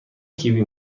کیوی